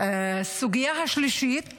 הסוגייה השלישית